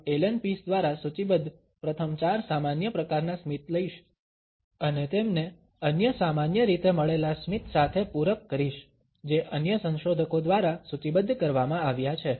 હું Allan Pease દ્વારા સૂચિબદ્ધ પ્રથમ 4 સામાન્ય પ્રકારનાં સ્મિત લઈશ અને તેમને અન્ય સામાન્ય રીતે મળેલા સ્મિત સાથે પૂરક કરીશ જે અન્ય સંશોધકો દ્વારા સૂચિબદ્ધ કરવામાં આવ્યા છે